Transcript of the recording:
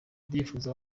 ndifuza